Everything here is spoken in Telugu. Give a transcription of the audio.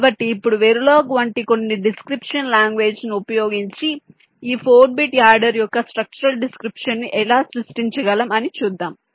కాబట్టి ఇప్పుడు వెరిలోగ్ వంటి కొన్ని డిస్క్రిప్షన్ లాంగ్వేజ్ ను ఉపయోగించి ఈ 4 బిట్ యాడర్ యొక్క స్ట్రక్చరల్ డిస్క్రిప్షన్ ను ఎలా సృష్టించగలం అని చూద్దాం